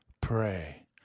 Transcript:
pray